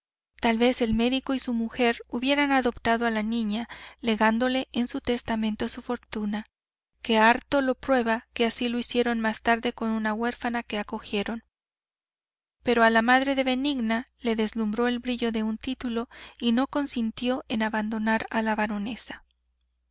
tal vez el médico y su mujer hubieran adoptado a la niña legándole en su testamento su fortuna que harto lo prueba que así lo hicieron más tarde con una huérfana que acogieron pero a la madre de benigna le deslumbró el brillo de un título y no consintió en abandonar a la baronesa